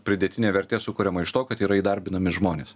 pridėtinė vertė sukuriama iš to kad yra įdarbinami žmonės